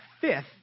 fifth